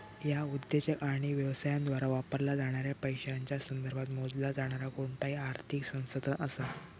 ह्या उद्योजक आणि व्यवसायांद्वारा वापरला जाणाऱ्या पैशांच्या संदर्भात मोजला जाणारा कोणताही आर्थिक संसाधन असा